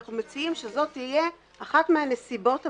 אנחנו מציעים שזאת תהיה אחת מן הנסיבות המחמירות.